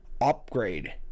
upgrade